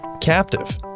captive